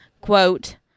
quote